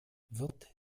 wird